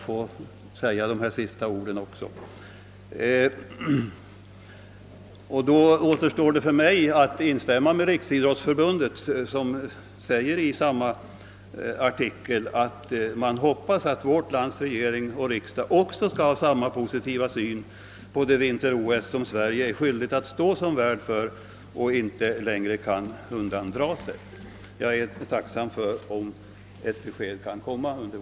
För mig återstår att instämma med Riksidrottsförbundet, som i samma tidskriftsartikel säger sig hoppas att vårt lands regering och riksdag skall ha samma positiva syn på det vinter-OS som Sverige är skyldigt att stå som värd för och inte längre kan undandra sig. Det är nödvändigt med ett besked under vårriksdagen.